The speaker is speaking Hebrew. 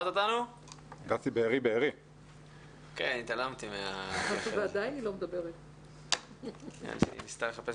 אני אחראית על החינוך העל יסודי ואני אתאר את